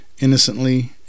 innocently